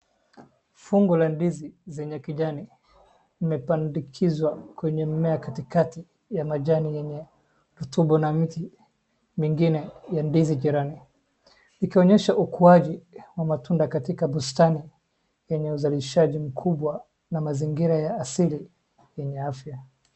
Fungu la ndizi zenye kijani limepandikizwa kwenye mmea katikati ya majani yenye tumbo na miti zingine jirani ikionyesha ukuaji wa matunda katika bustani yenye uzalishaji mkubwa na mazingira ya asili yenye afya.